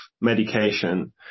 medication